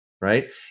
Right